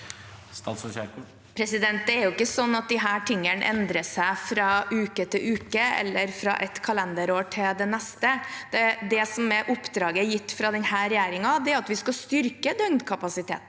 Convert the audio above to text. Det er jo ikke slik at disse tingene endrer seg fra uke til uke eller fra et kalenderår til det neste. Det som er oppdraget gitt fra denne regjeringen, er at vi skal styrke døgnkapasiteten,